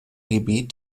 gebiet